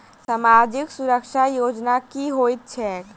सामाजिक सुरक्षा योजना की होइत छैक?